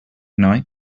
night